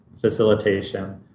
facilitation